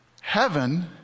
Heaven